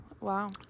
Wow